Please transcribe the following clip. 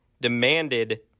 demanded